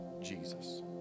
Jesus